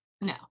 no